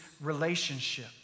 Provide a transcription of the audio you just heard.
relationship